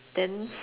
then